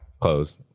Closed